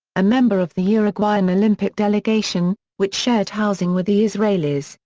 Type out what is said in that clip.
a member of the uruguayan olympic delegation, which shared housing with the israelis,